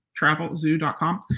travelzoo.com